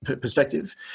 perspective